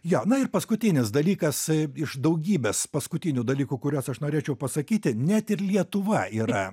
jo na ir paskutinis dalykas iš daugybės paskutinių dalykų kuriuos aš norėčiau pasakyti net ir lietuva yra